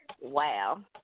Wow